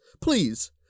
please